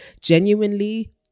genuinely